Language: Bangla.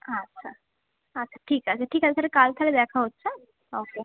আচ্ছা আচ্ছা ঠিক আছে ঠিক আছে তাহলে কাল তাহলে দেখা হচ্ছে হ্যাঁ ওকে